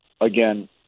again